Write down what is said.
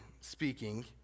speaking